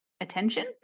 attention